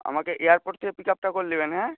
আমাকে এয়ারপোর্ট থেকে পিক আপটা করে নেবেন হ্যাঁ